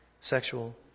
sexual